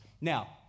Now